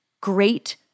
Great